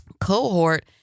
cohort